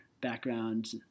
background